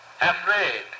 afraid